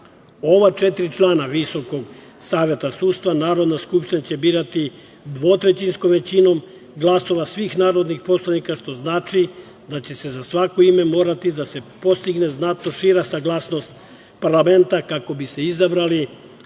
četiri člana Visokog saveta sudstva Narodna skupština će birati dvotrećinskom većinom glasova svih narodnih poslanika, što znači da će se za svako ime morati da se postigne znatno šira saglasnost parlamenta kako bi se izabrali